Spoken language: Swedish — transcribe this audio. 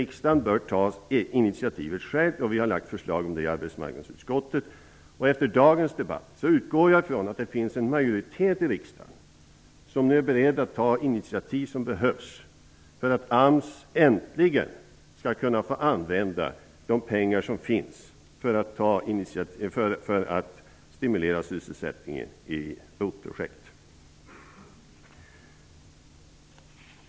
Riksdagen bör ta initiativet självt, och vi har lagt fram förslag om det i arbetsmarknadsutskottet. Efter dagens debatt utgår jag ifrån att det finns en majoritet i riksdagen som är beredd att ta de initiativ som behövs för att AMS äntligen skall kunna få använda de pengar som finns för att stimulera sysselsättningen i ROT-projekt.